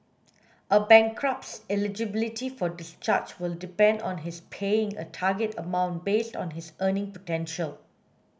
a bankrupt's eligibility for discharge will depend on his paying a target amount based on his earning potential